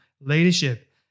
leadership